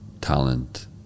talent